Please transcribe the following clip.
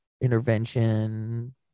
intervention